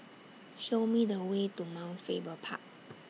Show Me The Way to Mount Faber Park